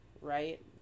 right